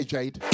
Jade